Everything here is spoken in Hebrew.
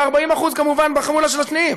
ה-40% כמובן בחמולה של השנִיים.